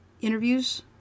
interviews